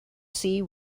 see